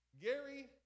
Gary